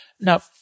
Now